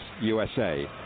USA